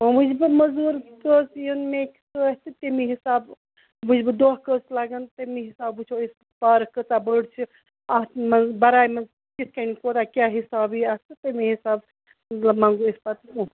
وۅنۍ وُچھِٕ بہٕ موٚزوٗر کٔژ یِن مےٚ سۭتۍ تہٕ تَمی حِسابہٕ وُچھِٕ بہٕ دۄہ کٔژ لَگَن تَمی حِسابہٕ وُچھو أسۍ پارَک کۭژاہ بٔڈ چھِ اَتھ منٛز بَرایہِ منٛز کِتھٕ کٔنۍ کوٗتاہ کیٛاہ حِساب یِیہِ اتھ تہٕ تَمی حِسابہٕ منگو أسۍ پَتہٕ پونٛسہٕ